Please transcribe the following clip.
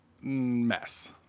mess